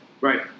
Right